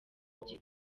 kugira